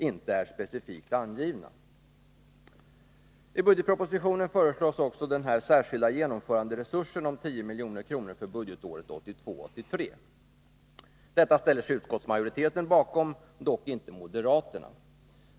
I budgetpropositionen föreslogs också en särskild genomföranderesurs om 10 milj.kr. för budgetåret 1982/83. Detta ställer sig utskottsmajoriteten bakom — dock inte moderaterna.